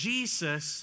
Jesus